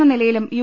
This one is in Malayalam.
എന്ന നിലയിലും യു